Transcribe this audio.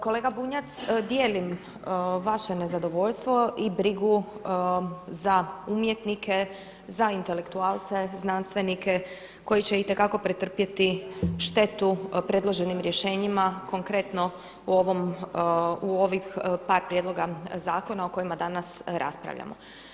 Kolega Bunjac, dijelim vaše nezadovoljstvo i brigu za umjetnike, za intelektualce, znanstvenike koji će itekako pretrpjeti štetu predloženim rješenjima, konkretno u ovih par prijedloga zakona o kojima danas raspravljamo.